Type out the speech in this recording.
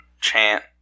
chant